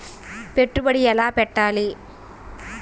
పెట్టుబడి ఎలా పెట్టాలి?